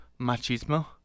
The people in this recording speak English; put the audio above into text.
machismo